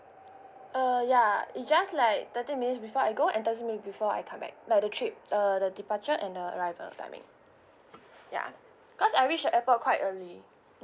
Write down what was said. uh ya it's just like thirty minutes before I go at thirty minutes before I come back like the trip uh the departure and the arrival timing ya cause I reached the airport quite early